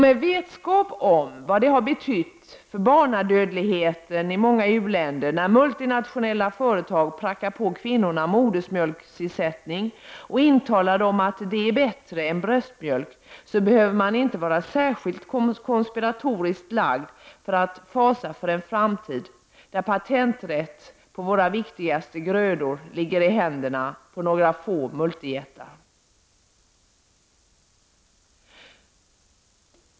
Med vetskap om vad det har betytt för barnadödligheten i många u-länder när multinationella företag prackar på kvinnor modersmjölksersättning och intalar dem att den är bättre än bröstmjölk, behöver man inte vara särskilt konspiratoriskt lagd för att fasa för en framtid där patenträtt när det gäller våra viktigaste grödor ligger i händerna på några få multijättar.